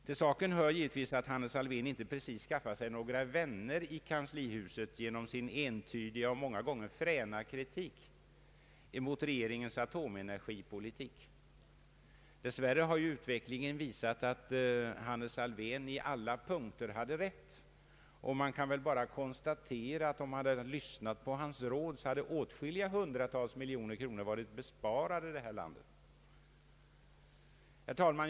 Till saken hör givetvis att Hannes Alfvén inte precis skaffat sig några vänner i kanslihuset genom sin entydiga och många gånger fräna kritik mot regeringens atomenergipolitik. Dess värre har ju utvecklingen visat att Hannes Alfvén i alla punkter hade rätt, och man kan väl bara konstatera att om någon hade lyssnat till hans råd, så hade åtskilliga hundratal miljoner kronor sparats åt det här landet. Herr talman!